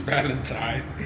Valentine